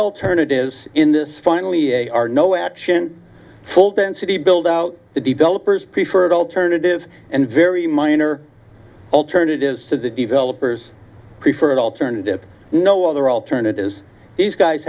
alternatives in this finally a are no action full density build out the developers preferred alternative and very minor alternatives to developers preferred alternative no other alternatives these guys